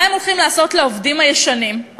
מה הם הולכים לעשות לעובדים הוותיקים?